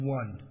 one